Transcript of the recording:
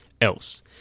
else